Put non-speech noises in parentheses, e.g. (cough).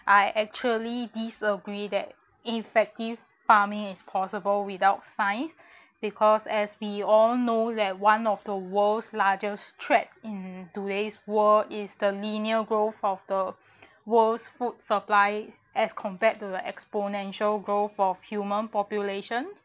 I actually disagree that effective farming is possible without science (breath) because as we all know that one of the world's largest trade in today's world is the linear growth of the world's food supply as compared to the exponential growth for human population